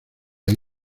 ahí